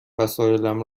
وسایلم